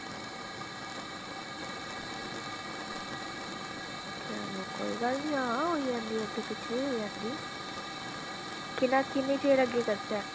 कोई गल्ल ना जंदी अग्गें पिच्छें जंदी किन्ने चिर अग्गें करचै